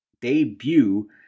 debut